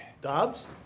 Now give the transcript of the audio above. Dobbs